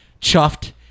chuffed